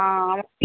आं